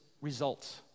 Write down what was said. results